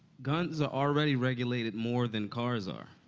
guns are already regulated more than cars are.